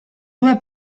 due